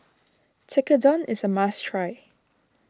Tekkadon is a must try